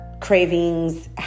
cravings